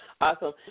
Awesome